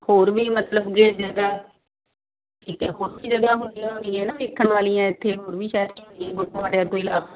ਹੋਰ ਵੀ ਮਤਲਬ ਜੇ ਜਗ੍ਹਾ ਠੀਕ ਆ ਹੋਰ ਵੀ ਜਗ੍ਹਾ ਹੁੰਦੀਆਂ ਹੋਣੀਆਂ ਨਾ ਦੇਖਣ ਵਾਲੀਆਂ ਇੱਥੇ ਹੋਰ ਵੀ ਸ਼ਹਿਰ 'ਚ ਹੋਣੀਆਂ ਗੁਰਦੁਆਰਿਆਂ ਤੋਂ ਇਲਾਵਾ